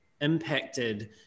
impacted